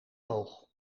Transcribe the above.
oog